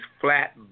flat